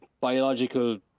biological